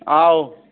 ꯑꯧ